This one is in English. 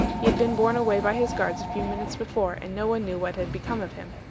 he had been borne away by his guards a few minutes before, and no one knew what had become of him.